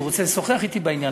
רוצה לשוחח אתי בעניין,